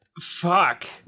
Fuck